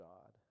God